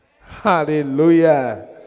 Hallelujah